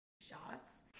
shots